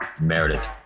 meredith